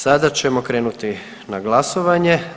Sada ćemo krenuti na glasovanje.